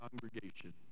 congregation